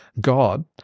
God